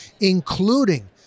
including